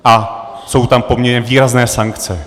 A jsou tam poměrně výrazné sankce.